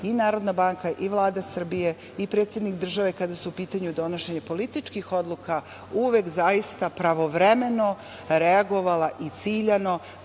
i Narodna banka i Vlada Srbije i predsednik države kada je u pitanju donošenje političkih odluka uvek zaista pravovremeno reagovala i ciljano